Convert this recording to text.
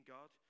God